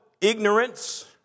Ignorance